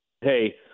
hey